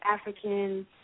African